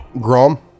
Grom